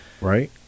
Right